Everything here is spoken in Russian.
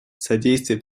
содействия